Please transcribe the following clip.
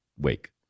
wake